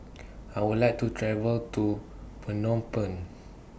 I Would like to travel to Phnom Penh